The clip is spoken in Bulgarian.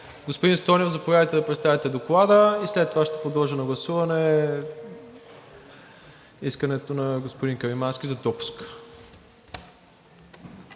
Господин Стойнев, заповядайте да представите Доклада и след това ще подложа на гласуване искането на господин Каримански за допуск.